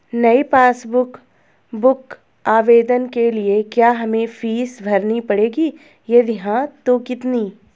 नयी passbook book आवेदन के लिए क्या हमें फीस भरनी पड़ेगी यदि हाँ तो कितनी?